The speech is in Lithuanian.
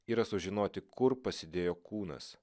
yra sužinoti kur pasidėjo kūnas